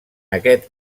aquest